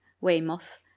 Weymouth